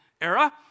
era